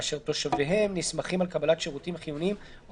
ואשר תושביהם נסמכים על קבלת שירותים חיוניים או